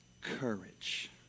Courage